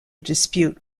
dispute